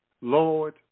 Lord